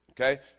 okay